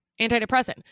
antidepressant